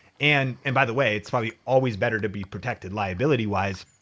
and and by the way, it's probably always better to be protected liability-wise.